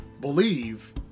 believe